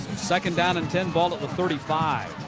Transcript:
second down and ten, ball at the thirty five.